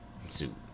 suit